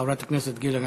חברת הכנסת גילה גמליאל.